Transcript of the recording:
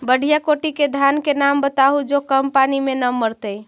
बढ़िया कोटि के धान के नाम बताहु जो कम पानी में न मरतइ?